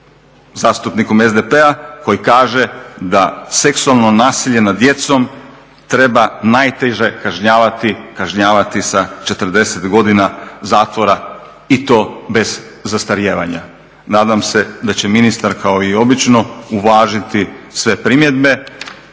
zastupnikom SDP-a koji kaže da seksualno nasilje nad djecom treba najteže kažnjavati, kažnjavati sa 40 godina zatvora i to bez zastarijevanja. Nadam se da će ministar kao i obično uvažiti sve primjedbe